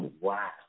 wow